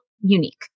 unique